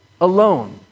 alone